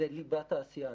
זה ליבת העשייה.